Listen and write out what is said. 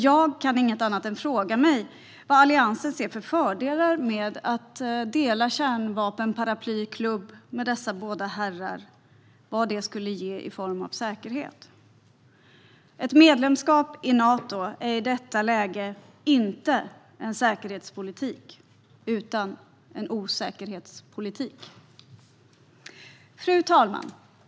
Jag kan inget annat än fråga mig vad Alliansen ser för fördelar att med dela kärnvapenparaplyklubb med dessa båda herrar och vad det skulle ge i form av säkerhet. Ett medlemskap i Nato är i detta läge inte en säkerhetspolitik utan en osäkerhetspolitik. Fru talman!